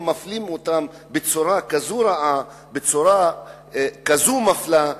מפלים אותם בצורה כזו רעה בצורה כזו מפלה,